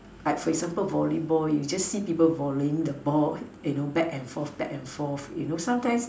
like for example volleyball you just see people volleying the ball you know back and forth back and forth you know sometimes